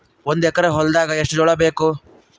ಒಂದು ಎಕರ ಹೊಲದಾಗ ಎಷ್ಟು ಜೋಳಾಬೇಕು?